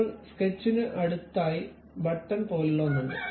ഇപ്പോൾ സ്കെച്ചിന് അടുത്തായി ബട്ടൺ പോലുള്ള ഒന്ന് ഉണ്ട്